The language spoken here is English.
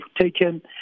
taken